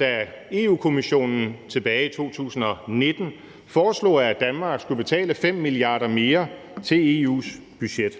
da Europa-Kommissionen tilbage i 2019 foreslog, at Danmark skulle betale 5 mia. kr. mere til EU's budget,